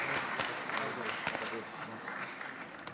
על ההצהרה)